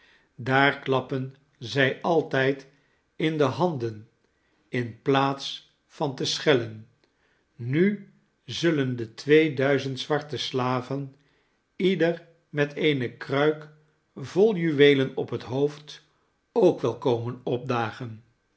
daar klappen zij altijd in de handen in plaats van te schellen nu zullen de twee duizend zwarte slaven ieder met eene kruik vol juweelen op het hoofd ook wel komen opdagen